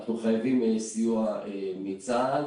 אנחנו חייבים סיוע מצה"ל.